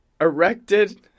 erected